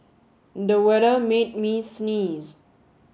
the weather made me sneeze